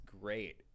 great